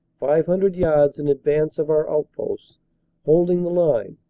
five hundred yards in advance of our outposts holding the line,